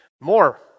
more